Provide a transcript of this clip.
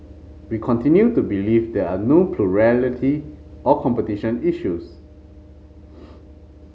we continue to believe there are no plurality or competition issues